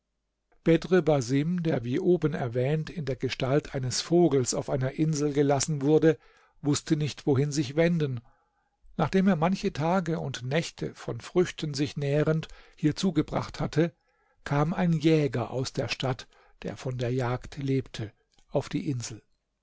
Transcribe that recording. basim der wie oben erwähnt in der gestalt eines vogels auf einer insel gelassen wurde wußte nicht wohin sich wenden nachdem er manche tage und nächte von früchten sich nährend hier zugebracht hatte kam ein jäger aus der stadt der von der jagd lebte auf die insel